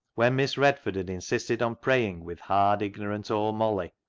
when miss redford had insisted on praying with hard, ignorant old molly,